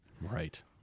right